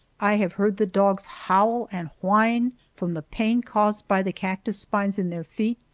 i have heard the dogs howl and whine from the pain caused by the cactus spines in their feet,